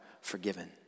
forgiven